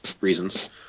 reasons